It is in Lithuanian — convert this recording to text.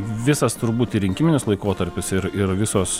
visas turbūt ir rinkiminis laikotarpis ir ir visos